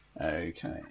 okay